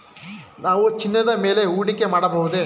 ನಾವು ಚಿನ್ನದ ಮೇಲೆ ಹೂಡಿಕೆ ಮಾಡಬಹುದೇ?